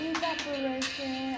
Evaporation